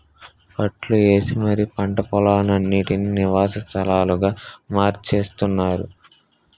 ప్లాట్లు ఏసి మరీ పంట పోలాలన్నిటీనీ నివాస స్థలాలుగా మార్చేత్తున్నారు